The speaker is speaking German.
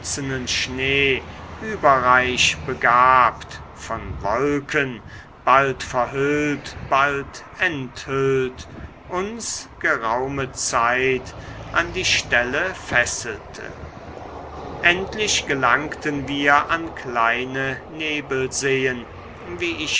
schnee überreich begabt von wolken bald verhüllt bald enthüllt uns geraume zeit an die stelle fesselte endlich gelangten wir an kleine nebelseen wie ich